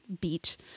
beat